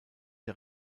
der